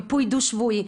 מיפוי דו שבועי.